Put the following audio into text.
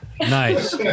nice